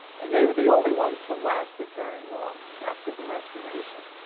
and they were the only ones that lasted very long, after the restoration,